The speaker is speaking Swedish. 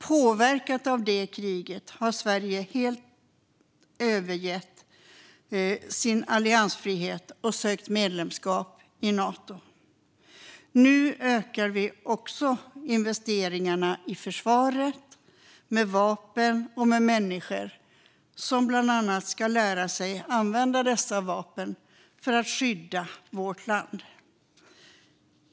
Påverkat av det kriget har Sverige helt övergett sin alliansfrihet och sökt medlemskap i Nato. Nu ökar vi också investeringarna i försvaret med vapen och med människor som bland annat ska lära sig att använda dessa vapen för att skydda vårt land.